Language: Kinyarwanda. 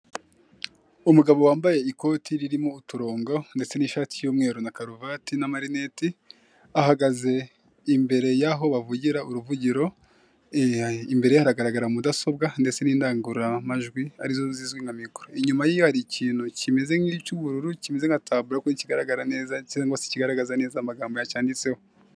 Umugabo wambaye ikoti ririmo uturongo ndetse n'ishati y'umweru na karuvati n'amarinete, ahagaze imbere y'aho bavugira uruvugiro, imbere ye haragaragara mudasobwa ndetse n'indangururamajwi, ari zo zizwi ka mikoro, inyuma ye hari ikintu kimeze nk'icy'ubururu, kimeze nka taburo ariko ntikigaragara neza cyangwa se ntikigaragaza neza amagambo acyanditseho.